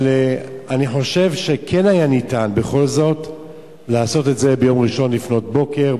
אבל אני חושב שכן היה ניתן בכל זאת לעשות את זה ביום ראשון לפנות בוקר,